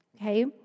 Okay